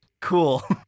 Cool